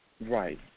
right